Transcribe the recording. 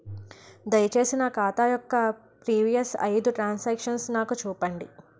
దయచేసి నా ఖాతా యొక్క ప్రీవియస్ ఐదు ట్రాన్ సాంక్షన్ నాకు చూపండి